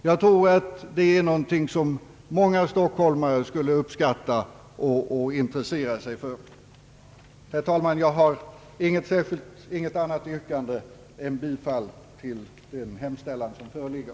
Jag tror att det är någonting som många stockholmare skulle uppskatta och intressera sig för. Herr talman! Jag har inget annat yrkande än bifall till den hemställan som föreligger.